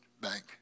bank